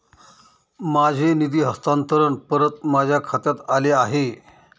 माझे निधी हस्तांतरण परत माझ्या खात्यात आले आहे